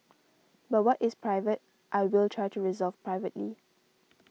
but what is private I will try to resolve privately